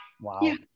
Wow